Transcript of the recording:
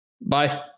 bye